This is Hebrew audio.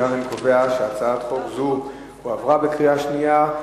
ולכן אני קובע שהצעת חוק זו הועברה בקריאה שנייה.